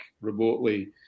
remotely